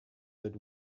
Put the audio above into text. that